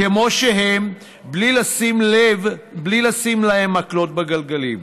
כמו שהם, בלי לשים להם מקלות בגלגלים.